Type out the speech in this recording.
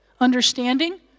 Understanding